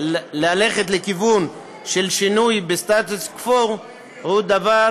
שללכת לכיוון של שינוי בסטטוס קוו הוא דבר